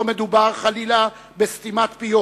לא מדובר חלילה בסתימת פיות